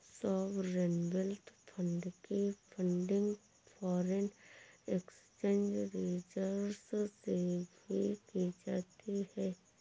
sovereign wealth fund की funding foreign exchange reserves से भी की जाती है